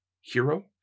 Hero